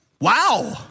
Wow